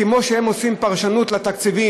כמו שהם עושים פרשנות לתקציבים,